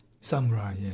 Samurai